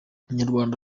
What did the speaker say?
inyarwanda